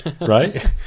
Right